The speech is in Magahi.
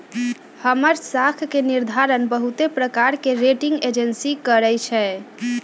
हमर साख के निर्धारण बहुते प्रकार के रेटिंग एजेंसी करइ छै